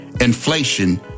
inflation